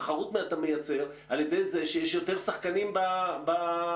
תחרות אתה מייצר על ידי זה שיש יותר שחקנים על המגרש.